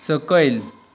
सकयल